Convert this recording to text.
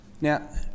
Now